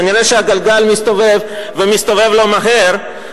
כנראה הגלגל מסתובב ומסתובב לו מהר.